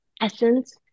essence